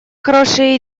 хорошая